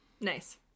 Nice